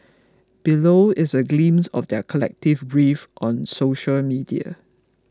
below is a glimpse of their collective grief on social media